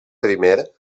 primer